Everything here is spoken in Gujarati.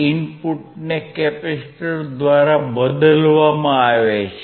Rin ને C દ્વારા બદલવામાં આવે છે